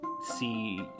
see